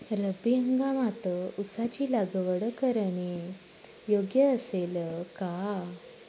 रब्बी हंगामात ऊसाची लागवड करणे योग्य असेल का?